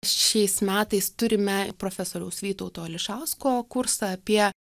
šiais metais turime profesoriaus vytauto ališausko kursą apie